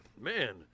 Man